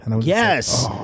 Yes